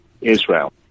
Israel